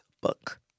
book